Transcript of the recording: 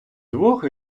двох